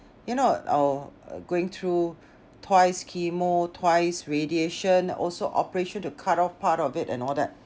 you know uh going through twice chemo twice radiation also operation to cut off part of it and all that